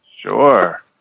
sure